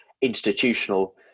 institutional